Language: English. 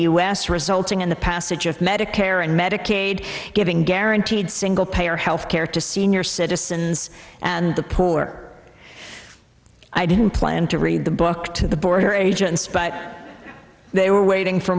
us resulting in the passage of medicare and medicaid giving guaranteed single payer health care to senior citizens and the poor i didn't plan to read the book to the border agents but there we're waiting for